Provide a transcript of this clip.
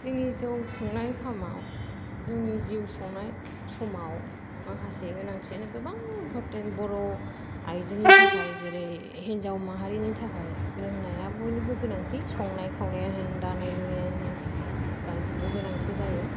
जोंनि जौ सुंनाय खामाव जोंनि जिउ सुंनाय समाव माखासे गोनांथियानो गोबां इमफरटेन बर' आइजोनि थाखाय जेरै हिन्जाव माहारिनि थाखाय रोंनाया बयनिबो गोनांथि संनाय खावनायानो होन दानाय लुनाइयानो होन गासिबो गोनांथि जायो